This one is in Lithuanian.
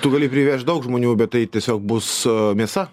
tu gali privežt daug žmonių bet tai tiesiog bus mėsa